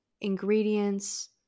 ingredients